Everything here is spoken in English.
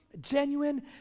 genuine